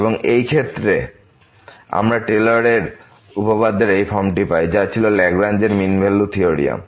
এবং এই ক্ষেত্রে আমরা টেলরের উপপাদ্যের এই ফর্মটি পাই যা ছিল ল্যাগরাঞ্জ এর মিন ভ্যালু থিওরিয়াম